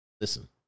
Listen